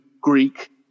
Greek